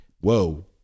whoa